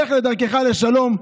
לך לדרכך לשלום.